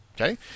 Okay